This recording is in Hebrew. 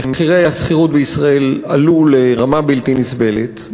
מחירי השכירות בישראל עלו לרמה בלתי נסבלת,